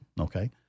Okay